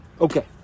Okay